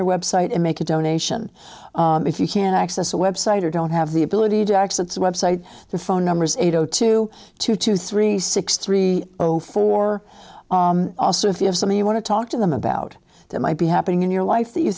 their website and make a donation if you can access a website or don't have the ability to access the web site the phone numbers eight zero two two two three six three zero four also if you have something you want to talk to them about that might be happening in your life that you